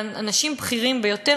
ואנשים בכירים ביותר,